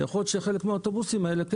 יכול להיות שחלק מהאוטובוסים האלה כן